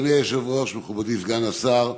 אדוני היושב-ראש, מכובדי סגן השר,